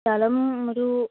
സ്ഥലം ഒരു